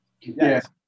Yes